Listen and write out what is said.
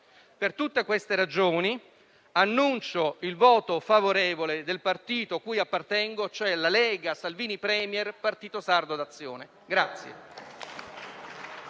Per tutte queste ragioni, annuncio il voto favorevole del partito cui appartengo, cioè la Lega-Salvini Premier-Partito Sardo d'Azione.